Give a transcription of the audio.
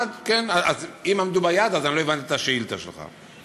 אם עמדו ביעד, אז אני לא הבנתי את השאילתה שלך.